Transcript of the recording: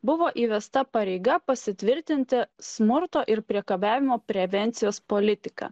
buvo įvesta pareiga pasitvirtinti smurto ir priekabiavimo prevencijos politiką